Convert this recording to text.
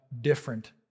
different